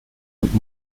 und